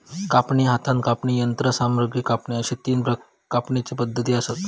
कापणी, हातान कापणी, यंत्रसामग्रीन कापणी अश्ये तीन कापणीचे पद्धती आसत